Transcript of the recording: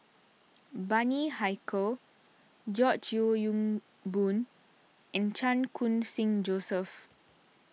Bani Haykal George Yeo Yong Boon and Chan Khun Sing Joseph